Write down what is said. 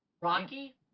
Rocky